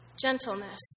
gentleness